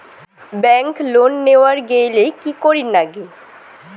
Bank loan নেওয়ার গেইলে কি করীর নাগে?